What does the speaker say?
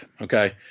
okay